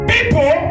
People